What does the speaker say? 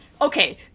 okay